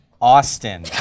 Austin